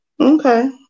Okay